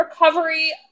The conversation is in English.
recovery